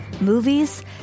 movies